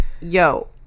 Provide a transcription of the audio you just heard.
Yo